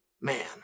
man